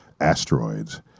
asteroids